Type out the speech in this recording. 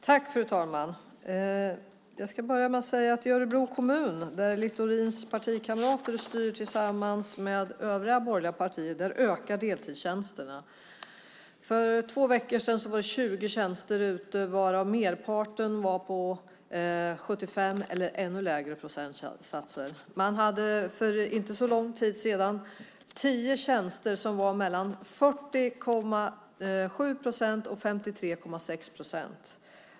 Fru talman! Jag ska börja med att säga att i Örebro kommun, där Littorins partikamrater styr tillsammans med övriga borgerliga partier, ökar deltidstjänsterna. För två veckor sedan var 20 tjänster ute, varav merparten var på 75 procent eller ännu lägre procentsatser. Man hade för inte så lång tid sedan 10 tjänster som var mellan 40,7 procent och 53,6 procent.